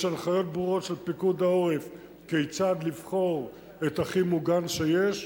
יש הנחיות ברורות של פיקוד העורף כיצד לבחור את הכי מוגן שיש,